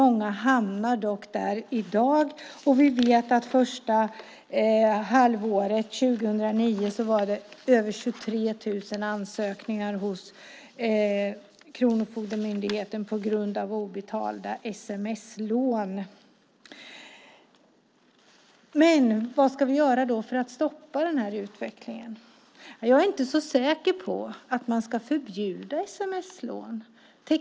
Många hamnar i skuldfällan i dag, och första halvåret 2009 fanns på grund av obetalda sms-lån över 23 000 ärenden hos Kronofogdemyndigheten. Vad ska vi då göra för att stoppa utvecklingen? Jag är inte så säker på att man ska förbjuda sms-lån.